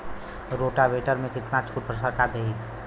Rotavator में कितना छूट सरकार देही?